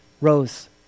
rose